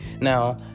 now